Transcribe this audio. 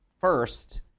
first